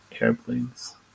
airplanes